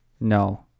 no